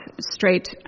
straight